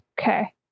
Okay